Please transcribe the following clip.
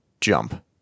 jump